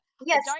yes